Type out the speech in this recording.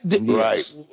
Right